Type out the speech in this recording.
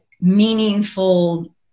meaningful